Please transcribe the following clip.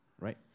right